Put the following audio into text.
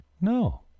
No